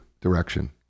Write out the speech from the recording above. Direction